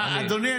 אדוני,